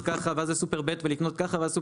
ככה ואז לסופר ב' ואז לסופר ג' ולקנות ככה,